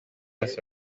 musi